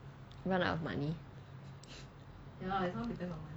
run out of money